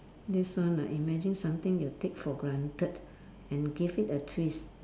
this one ah imagine something you take for granted and give it a twist